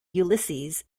ulysses